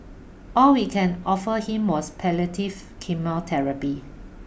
all we can offer him was palliative chemotherapy